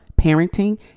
parenting